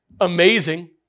amazing